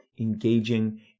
engaging